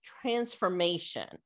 transformation